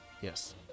Yes